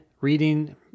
reading